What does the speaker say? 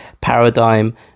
paradigm